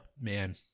Man